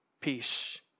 peace